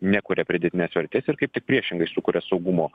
nekuria pridėtinės vertės ir kaip tik priešingai sukuria saugumo